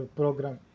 program